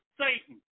Satan